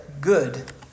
good